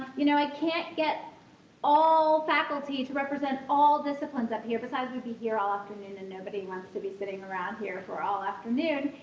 you know, i can't get all faculty to represent all disciplines up here because we'd be here all afternoon and nobody wants to be sitting around here for all afternoon.